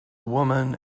woman